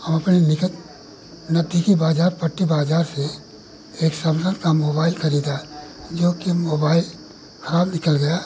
हमें निकट नज़दीकि बाज़ार पट्टी बाज़ार से एक समसंग का मोबाइल ख़रीदा है जोकि मोबाइल ख़राब निकल गया